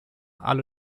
alle